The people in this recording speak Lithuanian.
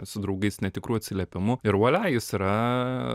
su draugais netikrų atsiliepimų ir vuolia jis yra